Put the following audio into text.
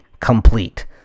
complete